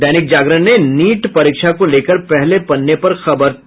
दैनिक जागरण ने नीट परीक्षा को लेकर पहले पन्ने पर खबर दी है